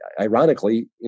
ironically